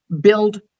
build